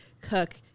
cook